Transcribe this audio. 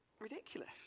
ridiculous